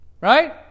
right